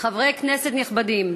חברי כנסת נכבדים,